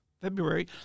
February